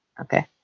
Okay